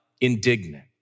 indignant